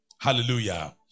Hallelujah